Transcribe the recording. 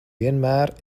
vienmēr